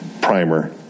primer